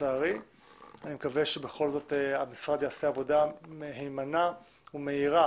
אני מקווה שבכל זאת המשרד יעשה עבודה מהימנה ומהירה